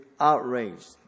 outraged